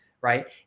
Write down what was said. right